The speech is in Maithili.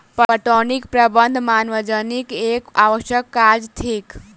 पटौनीक प्रबंध मानवजनीत एक आवश्यक काज थिक